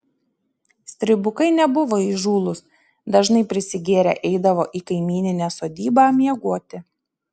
stribukai nebuvo įžūlūs dažnai prisigėrę eidavo į kaimyninę sodybą miegoti